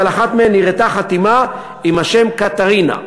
ועל אחת מהן נראתה חתימה עם השם קתרינה.